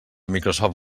microsoft